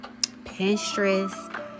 Pinterest